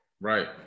Right